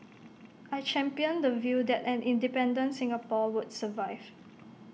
I championed the view that an independent Singapore would survive